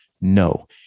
no